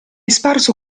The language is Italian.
sparso